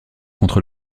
contre